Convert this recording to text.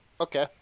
Okay